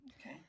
Okay